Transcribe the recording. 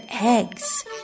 eggs